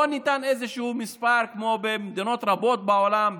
לא ניתן איזשהו מספר כמו במדינות רבות בעולם,